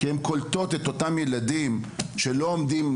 כי הן קולטות את אותם ילדים שלא לומדים,